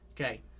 okay